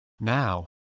now